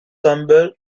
campbell